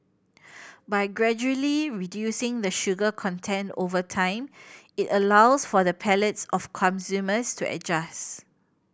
by gradually reducing the sugar content over time it allows for the palates of consumers to adjust